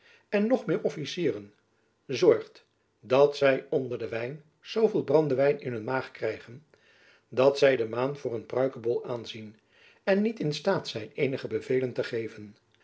en nog meer officieren zorgt dat zy onder den wijn zooveel brandewijn in hun maag krijgen dat zy de maan voor een pruikebol aanzien en niet in staat zijn eenige bevelen te geven